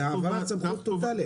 זה העברת סמכות טוטלית.